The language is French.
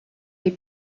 les